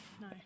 No